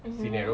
mmhmm